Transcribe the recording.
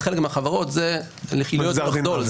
לחלק מהחברות זה להיות גדול,